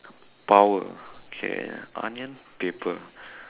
power okay onion paper